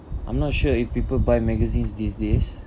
I'm not sure if people buy magazines these days